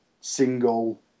single